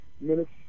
minutes